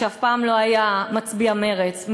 שאף פעם לא היה מצביע מרצ,